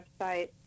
website